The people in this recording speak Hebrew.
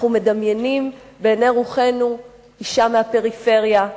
אנחנו מדמיינים בעיני רוחנו אשה מהפריפריה,